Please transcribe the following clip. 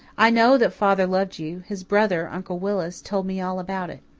i know that father loved you his brother, uncle willis, told me all about it.